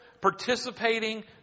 participating